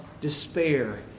despair